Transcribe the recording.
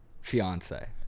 fiance